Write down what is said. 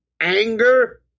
Anger